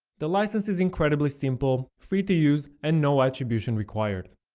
the license is incredibly simple, free to use and no attribution required